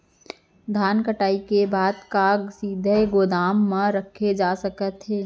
धान कटाई के बाद का सीधे गोदाम मा रखे जाथे सकत हे?